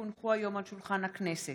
כי הונחו היום על שולחן הכנסת,